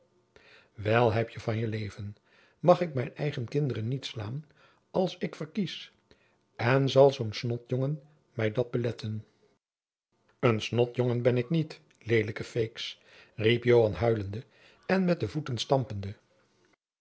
wel heb je van jen leven mag ik mijn eigen kinderen niet slaan als ik verkies en zal zoo'n snotjongen mij dat beletten een snotjongen ben ik niet lelijke feeks riep joan huilende en met de voeten stampende